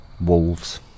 Wolves